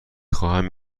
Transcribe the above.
خواهم